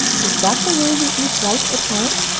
is that the way you eat rice at home?